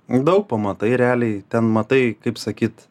daug pamatai realiai ten matai kaip sakyt